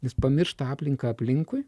jis pamiršta aplinką aplinkui